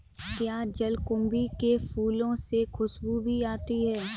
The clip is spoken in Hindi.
क्या जलकुंभी के फूलों से खुशबू भी आती है